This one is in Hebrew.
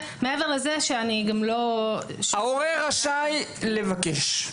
ההורה רשאי לבקש.